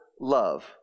love